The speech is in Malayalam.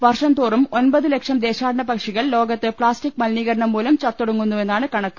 വർഷംതോറും ഒൻപത് ലക്ഷം ദേശാടനപക്ഷികൾ ലോകത്ത് പ്ലാസ്റ്റിക് മലിനീകരണം മൂലം ചത്തൊടുങ്ങുന്നു വെന്നാണ് കണക്ക്